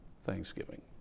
Thanksgiving